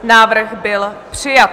Návrh byl přijat.